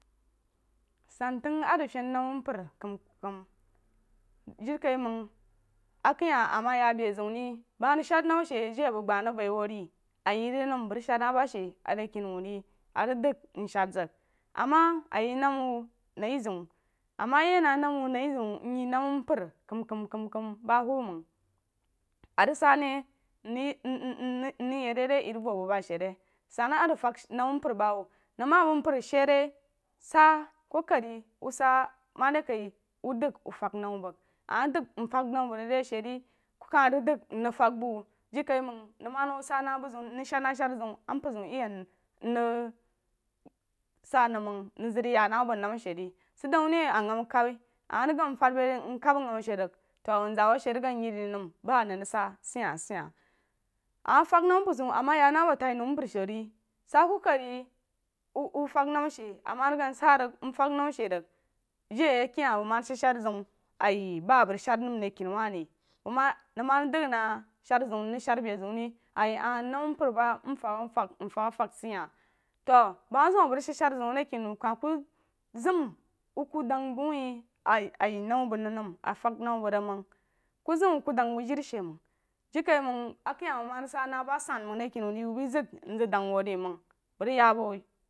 San tag a rig fan nam mpər kam kam jirekaiməng akah a ma ya be zeun ri bəng mah rig sad nam she dei abəg gbah rig bei wou ri a ye rig nəm bəg rig sad na ba shí a rí keni hubu ri a ríg dəg mshan zag ama a ye nam wou jai zeun ama ye na nam wou nai zəun mye nam mpər kam kam kam batuba məng a rig sah ne ye mrig yed rí yər vor bu ba she re san a rig fag shi nam mpər bahuba həg ma bəg bəg mpər she ri sa kokori wou sa ma de kaí wou dəg wou fag nam bəg ama dəng mfag nam bəng rig rei she ri ku sah rig dəng mrig fang bu hu jirikaiməng nəng ma rig sa na bu zeun mrig shadnaser zeun am mpər zeun ye yag mrig sa nəng məng sid dou ne aghama kamyi ama rig gan fad bai rig ri mkam aghama she rig to wunzaawu a she rig gatn ye rig nam ba a nəng rig sa sehya seh ya ama fang nəm mpər zeun ama ya na bu tai nou mpər she rí sa kokorí wuh wuh fəng nam she ama rig gan sa rig fang namashe rig dei a kei hah bəng ma rig sed ser zeun a ye ba abəng rig sed məma a ri keni wah rí bəng ma nəng ma dəng na ser zeun ma rig sad na be zeun rí ayi ahh nəm mpər ba mfəng a fəng se hah to bəng ma zem a bəng rig sedser zeun a ri keni wuh ri keni wuh kah ku zam wuh ku dəng bəng wah a aye nama bəng nəm a fəng mama bəng rig məng ku zem wuh ku dəng bəng jiri she məng jirikaiməng a kah ha bəng bəi zem mzəng dəng huri bəng bəi zem nzəng dəng wuh rí məng bəng rig ya bu.